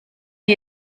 die